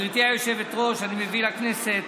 גברתי היושבת-ראש, אני מביא לכנסת,